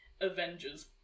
avengers